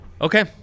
Okay